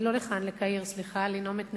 למזרח התיכון, לקהיר, לנאום את נאומו,